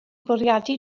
bwriadu